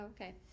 okay